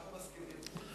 אנחנו מסכימים.